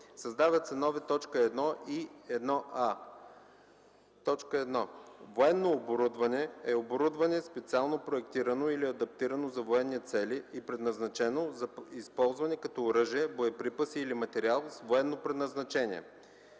Създават се нови т. 1 и 1а: „1. „Военно оборудване” е оборудване, специално проектирано или адаптирано за военни цели и предназначено за използване като оръжие, боеприпаси или материал с военно предназначение.